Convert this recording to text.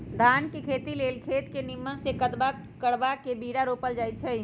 धान के खेती लेल खेत के निम्मन से कदबा करबा के बीरा रोपल जाई छइ